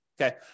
Okay